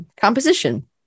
composition